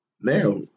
Now